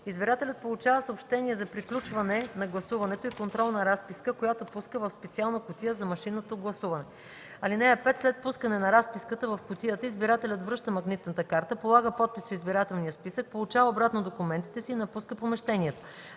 Избирателят получава съобщение за приключване на гласуването и контролна разписка, която пуска в специална кутия за машинното гласуване. (5) След пускане на разписката в кутията избирателят връща магнитната карта, полага подпис в избирателния списък, получава обратно документите си и напуска помещението.